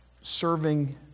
serving